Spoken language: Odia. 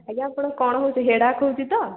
ଆଜ୍ଞା ଆପଣ କ'ଣ ହେଉଛି ହେଡ଼ଆକ୍ ହେଉଛି ତ